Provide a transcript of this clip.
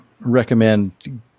recommend